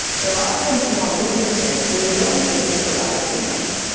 there are some small differences, but you don't have to think about it too much.